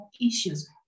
issues